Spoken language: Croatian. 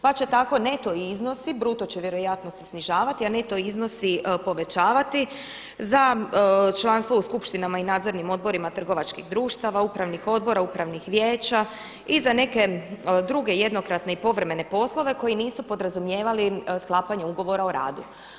Pa će tako neto iznosi, bruto će vjerojatno se snižavati, a neto iznosi povećavati za članstvu u skupštinama i nadzornim odborima trgovačkih društava, upravnih odbora, upravnih vijeća i za neke druge jednokratne i povremene poslove koji nisu podrazumijevali sklapanje ugovora o radu.